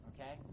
okay